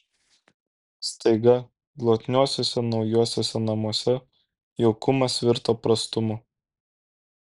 staiga glotniuosiuose naujuosiuose namuose jaukumas virto prastumu